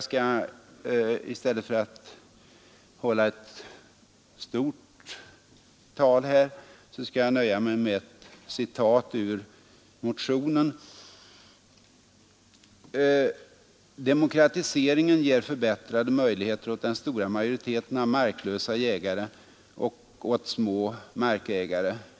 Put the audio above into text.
I stället för att hålla ett stort tal här skall jag nöja mig med ett långt citat ur motionen: ”Demokratiseringen ger förbättrade möjligheter åt den stora majoriteten av marklösa jägare och åt små markägare.